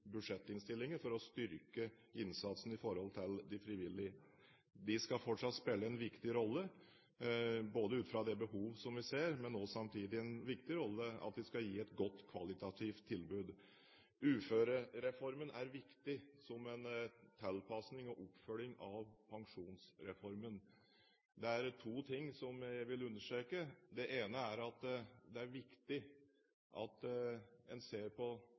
for å styrke innsatsen i forhold til de frivillige. De skal fortsatt spille en viktig rolle, både ut fra det behovet som vi ser, men også at de skal gi et godt kvalitativt tilbud. Uførereformen er viktig som en tilpasning til og oppfølging av pensjonsreformen. Det er to ting som jeg vil understreke. Det ene er at det er viktig at en ser på